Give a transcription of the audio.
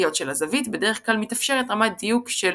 היות שלזווית בדרך כלל מתאפשרת רמת דיוק של